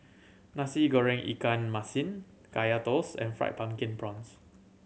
Nasi Goreng ikan masin Kaya Toast and Fried Pumpkin Prawns